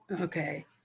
Okay